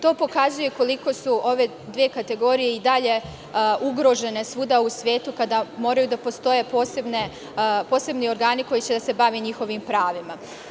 To pokazuje koliko su ove dve kategorije i dalje ugrožene svuda u svetu kada moraju da postoje posebni organi koji će da se bave njihovim pravima.